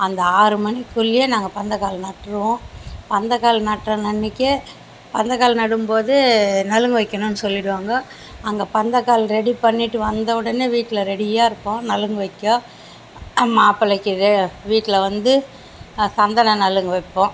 அந்த ஆறுமணிக்குள்ளேயே நாங்கள் பந்தக்கால் நட்டுருவோம் பந்தக்கால் நட்டல் அன்னைக்கே பந்தக்கால் நடும்போது நலங்கு வைக்கிணுன்னு சொல்லிடுவாங்க அந்த பந்தக்கால் ரெடி பண்ணிட்டு வந்த உடனே வீட்டில் ரெடியாருக்கும் நலங்கு வைக்க மாப்பிளைக்கு வீட்டில் வந்து சந்தன நலங்கு வைப்போம்